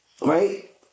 right